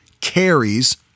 carries